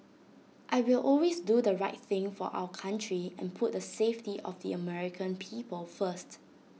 I will always do the right thing for our country and put the safety of the American people first